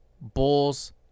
Bulls